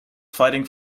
fighting